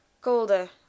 colder